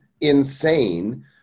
insane